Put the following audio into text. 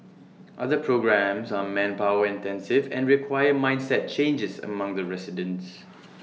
other programmes are manpower intensive and require mindset changes among the residents